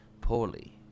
poorly